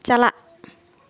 ᱪᱟᱞᱟᱜ